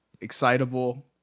excitable